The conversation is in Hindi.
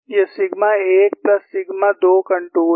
यह सिग्मा 1 प्लस सिग्मा 2 कंटूर है